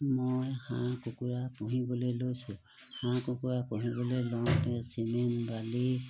মই হাঁহ কুকুৰা পুহিবলৈ লৈছোঁ হাঁহ কুকুৰা পুহিবলৈ লওঁতে চিমেণ্ট বালি